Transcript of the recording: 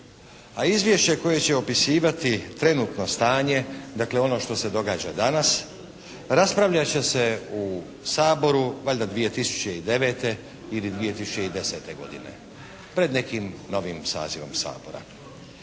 a izvješće koje će opisivati trenutno stanje, dakle ono što se događa danas raspravljat će se u Saboru valjda 2009. ili 2010. godine pred nekim novim sazivom Sabora